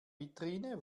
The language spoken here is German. vitrine